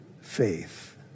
faith